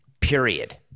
period